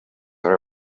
are